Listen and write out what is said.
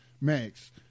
Max